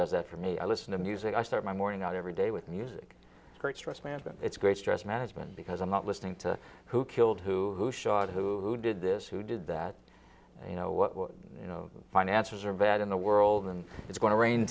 does that for me i listen to music i start my morning out every day with music great stress management it's great stress management because i'm not listening to who killed who shot who did this who did that and you know what finances are bad in the world and it's going to rain